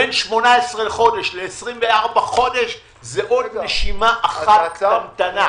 בין 18 חודש ל-24 חודש זה עוד נשימה אחת קטנטנה.